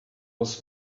was